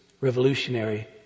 revolutionary